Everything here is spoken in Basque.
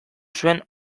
zuen